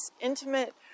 intimate